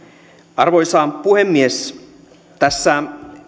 arvoisa puhemies tässä